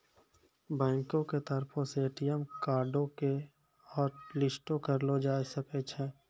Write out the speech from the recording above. बैंको के तरफो से ए.टी.एम कार्डो के हाटलिस्टो करलो जाय सकै छै